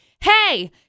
hey